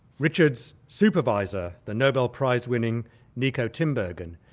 richard's supervisor, the nobel prize-winning niko tinbergen,